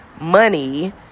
money